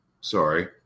Sorry